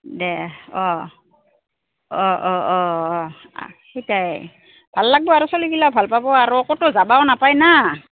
দে অঁ অঁ অঁ অঁ অঁ সেইটাই ভাল লাগব আৰু চালীগিলাও ভাল পাব আৰু ক'তো যাবাও নাপায় ন